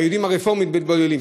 היהודים הרפורמים מתבוללים,